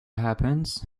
happens